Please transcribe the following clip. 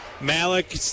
Malik